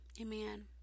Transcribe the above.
Amen